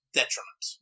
detriment